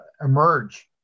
emerge